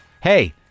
Hey